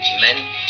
men